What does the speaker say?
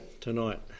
tonight